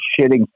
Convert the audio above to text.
shitting